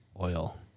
oil